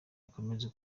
ikomeze